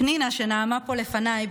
פנינה, שנאמה פה לפניי,